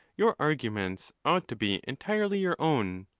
your arguments ought to be entirely your own.